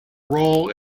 role